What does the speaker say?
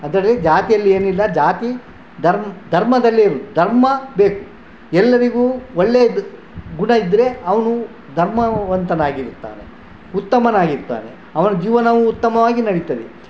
ಅದರಲ್ಲಿ ಜಾತಿಯಲ್ಲಿ ಏನು ಇಲ್ಲ ಜಾತಿ ಧರ್ಮ ಧರ್ಮದಲ್ಲಿ ಇರೋದು ಧರ್ಮ ಬೇಕು ಎಲ್ಲರಿಗೂ ಒಳ್ಳೆಯದು ಗುಣ ಇದ್ದರೆ ಅವನು ಧರ್ಮವಂತನಾಗಿರುತ್ತಾನೆ ಉತ್ತಮನಾಗಿರ್ತಾನೆ ಅವನ ಜೀವನವೂ ಉತ್ತಮವಾಗಿ ನಡಿತದೆ